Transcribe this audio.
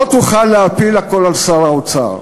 לא תוכל להפיל הכול על שר האוצר.